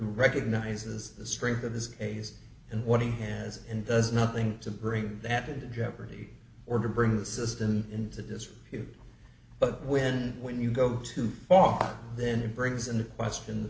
recognizes the strength of this case and what he has and does nothing to bring that in jeopardy or to bring the system into disrepute but when when you go too far then it brings into question